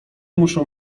muszą